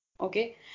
okay